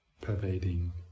pervading